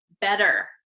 better